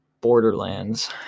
borderlands